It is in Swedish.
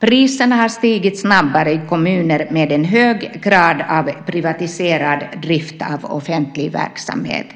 Priserna har stigit snabbare i kommuner med en hög grad av privatiserad drift av offentlig verksamhet.